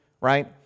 right